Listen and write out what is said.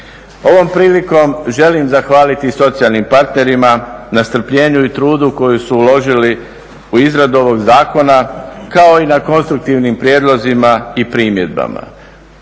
Ovom prilikom želim zahvaliti socijalnim partnerima na strpljenju i trudu koji su uložili u izradu ovog Zakona kao i na konstruktivnim prijedlozima i primjedbama.